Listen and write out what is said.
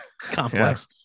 complex